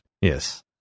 Yes